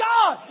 God